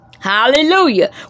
Hallelujah